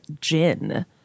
gin